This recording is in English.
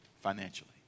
financially